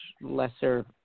lesser